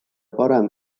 parem